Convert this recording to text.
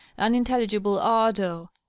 unintelligible ardor,